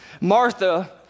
Martha